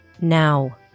now